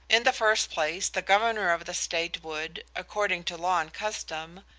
in the first place the governor of the state would, according to law and custom,